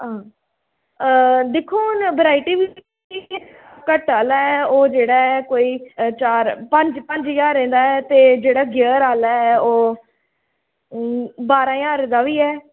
हां दिक्खो हून वराइटी बी घट्ट आह्ला ऐ ओह् जेह्ड़ा ऐ कोई चार पंज पंज ज्हारें दा ऐ ते जेह्ड़ा गेयर आह्ला ऐ ओह् बारां ज्हार दा बी ऐ